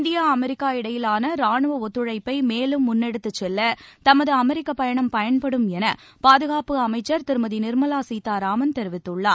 India America இடையிலானராணுவஒத்துழைப்பைமேலும் முன்னெடுத்துச் செல்ல தமதுஅமெரிக்கப் பயணம் பயன்படும் எனபாதுகாப்பு அமைச்சர் திருமதிநிர்மலாசீதாராமன் தெரிவித்துள்ளார்